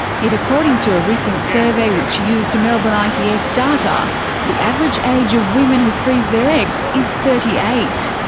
yet according to a recent survey which used melbourne ivf yeah ivf data, the average age of women who freeze their eggs is thirty eight.